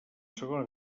segona